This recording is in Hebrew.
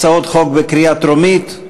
הצעות חוק לקריאה טרומית.